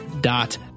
dot